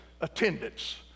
attendance